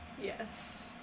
yes